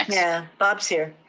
yeah, bob's here.